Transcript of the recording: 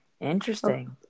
Interesting